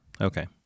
okay